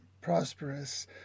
prosperous